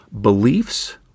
beliefs